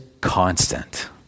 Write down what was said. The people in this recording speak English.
constant